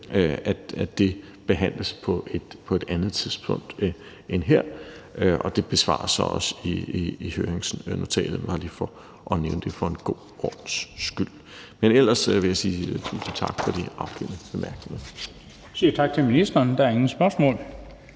Det behandles på et andet tidspunkt end her, og det besvares så også i høringsnotatet. Det er bare lige for at nævne det for en god ordens skyld. Men ellers vil jeg sige tusind tak for de afgivne bemærkninger. Kl. 16:17 Den fg. formand (Bent Bøgsted): Vi siger tak til ministeren. Der er ingen spørgsmål.